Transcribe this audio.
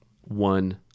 one